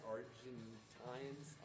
Argentines